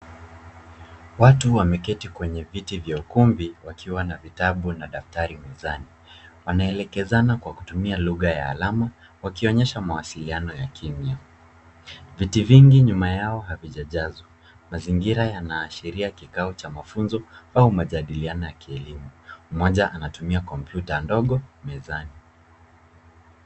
Watu wamekiti kwenye viti vya ukumbi wakiwa na vitabu na daftari mezani. Wanaelekezana kwa kutumia lugha ya alama wakionyesha mawasiliano ya kimya. Viti vingi nyuma yao havijajazwa. Mazingira yanaashiria kikao cha mafunzo au majadiliano ya kielimu. Mmoja anatumia kompyuta ndogo mezani.